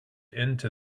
into